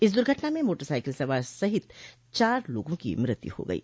इस दुर्घटना में मोटरसाइकिल सवार सहित चार लोगों की मृत्यु हो गयी